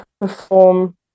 perform